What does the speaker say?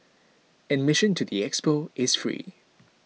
admission to the expo is free